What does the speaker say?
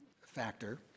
factor